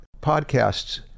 podcasts